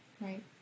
Right